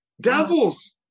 devils